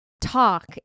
talk